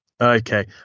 okay